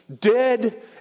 dead